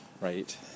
right